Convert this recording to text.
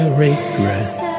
regret